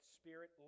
spirit